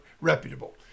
reputable